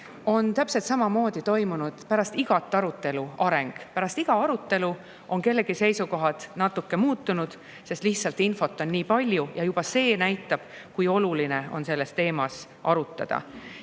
on täpselt samamoodi toimunud pärast igat arutelu areng. Pärast igat arutelu on kellegi seisukohad natuke muutunud, sest infot on lihtsalt nii palju, ja juba see näitab, kui oluline on seda teemat arutada.